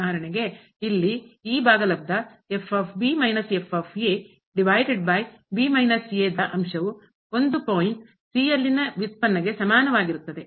ಉದಾಹರಣೆಗೆ ಇಲ್ಲಿ ಈ ಭಾಗಲಬ್ಧ ದ ಅಂಶವು ಒಂದು ಪಾಯಿಂಟ್ ಯಲ್ಲಿನ ಉತ್ಪನ್ನ ಗೆ ಸಮಾನವಾಗಿರುತ್ತದೆ